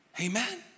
Amen